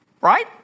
Right